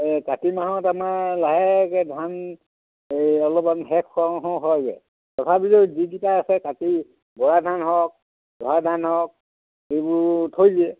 এই কাতি মাহত আমাৰ লাহেকৈ ধান এই অলপমান শেষ হওঁ হওঁ হয়গৈ তথাপিতো যিকেইটা আছে কাতি বৰা ধান হওক ধৰা ধান হওক এইবোৰ থৈ দিয়ে